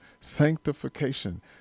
Sanctification